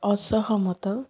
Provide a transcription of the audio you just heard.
ଅସହମତ